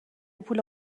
پول